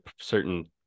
certain